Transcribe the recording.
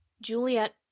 Juliet